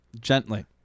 gently